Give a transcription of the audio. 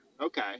Okay